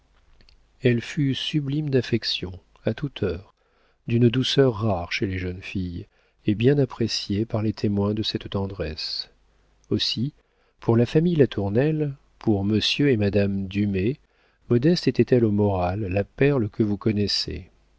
elle fut sublime d'affection à toute heure d'une douceur rare chez les jeunes filles et bien appréciée par les témoins de cette tendresse aussi pour la famille latournelle pour monsieur et madame dumay modeste était-elle au moral la perle que vous connaissez